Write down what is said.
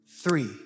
Three